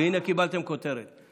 הינה, קיבלתם כותרת.